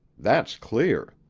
that's clear.